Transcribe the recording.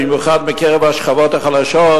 במיוחד בקרב השכבות החלשות,